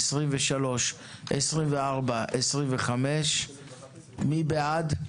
23, 24, 25. הצבעה סעיפים 22, 23, 24, 25 אושרו.